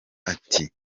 ati